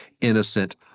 innocent